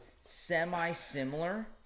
semi-similar